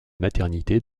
maternité